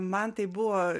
man tai buvo